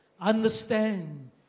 Understand